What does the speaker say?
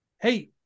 hey